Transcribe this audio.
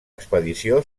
expedició